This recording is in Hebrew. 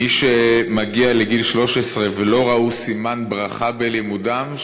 מי שמגיע לגיל 13 ולא ראו סימן ברכה בלימודם,